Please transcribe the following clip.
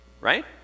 Right